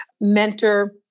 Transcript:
mentor